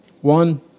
one